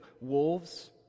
wolves